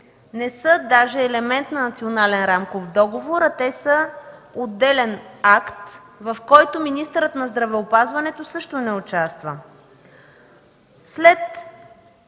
не са даже елемент на Национален рамков договор, а те са отделен акт, в който министърът на здравеопазването също не участва.